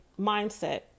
mindset